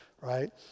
right